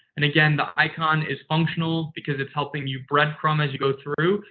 and again, the icon is functional because it's helping you breadcrumb as you go through,